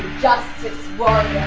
justice won.